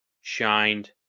shined